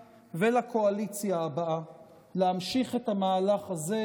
ולקואליציה הבאה להמשיך את המהלך הזה,